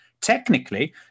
Technically